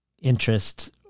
interest